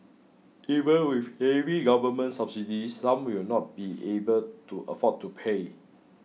even with heavy government subsidies some will not be able to afford to pay